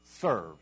serve